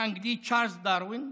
האנגלי צ'רלס דרווין,